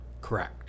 correct